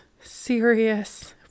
serious